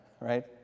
Right